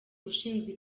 ushinzwe